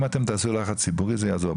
אם אתם תעשו לחץ ציבורי, זה יעזור.